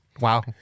Wow